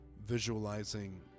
visualizing